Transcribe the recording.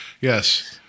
yes